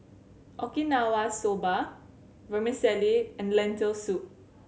Okinawa Soba Vermicelli and Lentil Soup